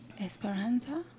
Esperanza